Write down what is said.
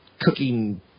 cooking